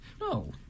No